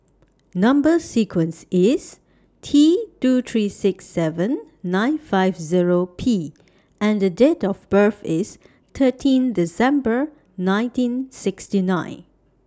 Number sequence IS T two three six seven nine five Zero P and Date of birth IS thirteen December nineteen sixty nine